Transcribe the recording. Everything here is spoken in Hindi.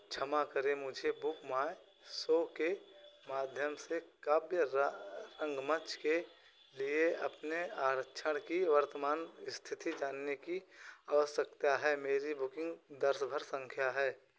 क्षमा करें मुझे बुक माय सो के माध्यम से काव्य रंगमंच के लिए अपने आरक्षण की वर्तमान स्थिति जानने की आवश्यकता है मेरी बुकिंग संख्या है